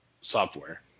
software